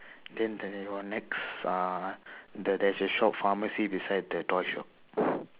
then the your next uh there there is a shop pharmacy beside the toy shop.